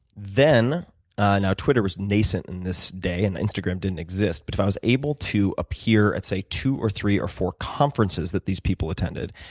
then now twitter was nascent in this day, and instagram didn't exist but if i was able to appear at say two, or three, or four conferences that these people attended,